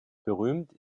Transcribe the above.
berühmt